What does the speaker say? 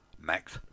Max